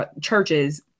churches